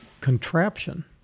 contraption